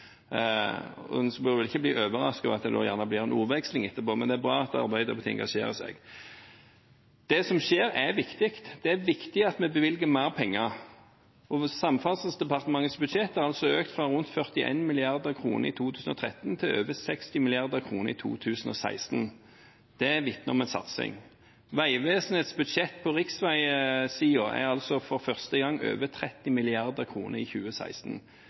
debatten. En behøver ikke bli overrasket over at det da blir en ordveksling etterpå, men det er bra at Arbeiderpartiet engasjerer seg. Det som skjer, er viktig. Det er viktig at vi bevilger mer penger. Samferdselsdepartementets budsjett har økt fra rundt 41 mrd. kr i 2013 til over 60 mrd. kr i 2016. Det vitner om en satsing. Vegvesenets budsjett på riksveisiden er for første gang over 30 mrd. kr i 2016